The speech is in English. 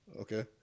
Okay